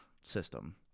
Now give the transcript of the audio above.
system